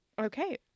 okay